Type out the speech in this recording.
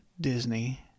Disney